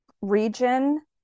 region